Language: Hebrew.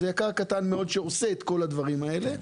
וזה יק"ר קטן מאוד שעושה את כל הדברים האלה.